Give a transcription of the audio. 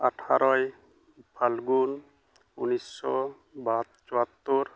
ᱟᱴᱷᱟᱨᱚᱭ ᱯᱷᱟᱞᱜᱩᱱ ᱩᱱᱤᱥᱥᱚ ᱪᱩᱣᱟᱛᱛᱚᱨ